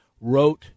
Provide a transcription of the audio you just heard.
wrote